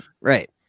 right